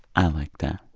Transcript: i like that.